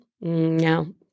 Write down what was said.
no